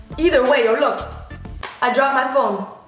either way, yo look i dropped my phone.